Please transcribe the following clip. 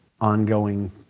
ongoing